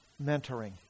mentoring